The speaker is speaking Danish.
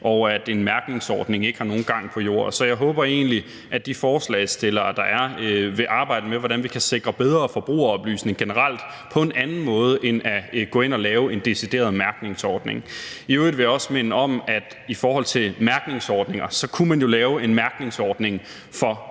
og at en mærkningsordning ikke har nogen gang på jord. Så jeg håber egentlig, at de forslagsstillere, der er, vil arbejde med, hvordan vi kan sikre bedre forbrugeroplysning generelt på en anden måde end ved at gå ind og lave en decideret mærkningsordning. I øvrigt vil jeg også i forhold til mærkningsordninger minde om, at man jo kunne lave en mærkningsordning for